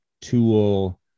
tool